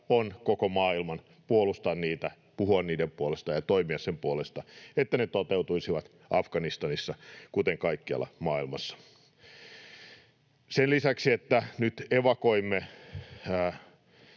koko maailman, tehtävä on puolustaa niitä, puhua niiden puolesta ja toimia sen puolesta, että ne toteutuisivat Afganistanissa, kuten kaikkialla maailmassa. Sen lisäksi, että nyt evakuoimme